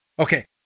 Okay